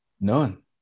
None